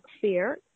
fear